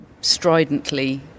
stridently